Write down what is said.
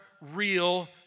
real